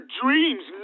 dreams